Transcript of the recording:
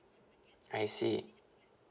I see